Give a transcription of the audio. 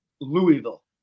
Louisville